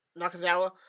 Nakazawa